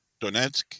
Donetsk